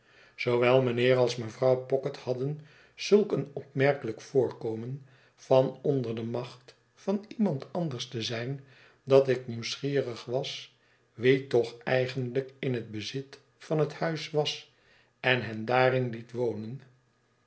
zoowel mijnheer als mevrouw pocket hadden zulk een opmerkelijk voorkomen van onder de macht van iemand anders te zijn datik nieuwsgierig was wie toch eigenlijk in het bezit van het huis was en hen daarin liet wonen